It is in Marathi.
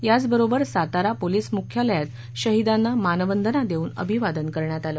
याच बरोबर सातारा पोलीस मुख्यालयात शहीदाना मानवंदना देवून अभिवादन करण्यात आले